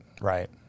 right